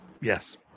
Yes